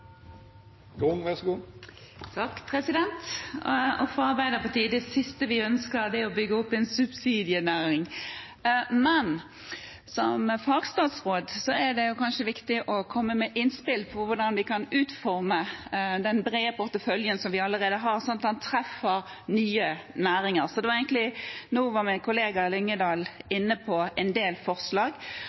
det siste vi ønsker å bygge opp en subsidienæring. Men som fagstatsråd er det kanskje viktig å komme med innspill til hvordan vi kan utforme den brede porteføljen vi allerede har, slik at den treffer nye næringer. Nå var min kollega Lyngedal inne på en del forslag.